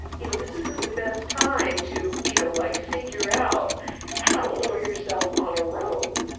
you know, this isn't the best time to, you know like figure out how to lower yourself on a rope.